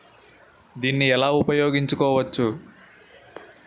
దీన్ని ఎలా ఉపయోగించు కోవచ్చు?